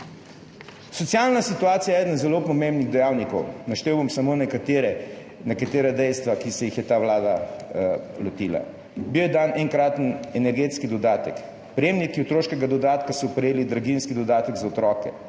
Socialna situacija je eden zelo pomembnih dejavnikov. Naštel bom samo nekatera dejstva, ki se jih je lotila ta vlada. Dan je bil enkraten energetski dodatek, prejemniki otroškega dodatka so prejeli draginjski dodatek za otroke,